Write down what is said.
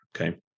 Okay